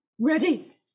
ready